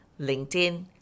LinkedIn